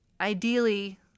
ideally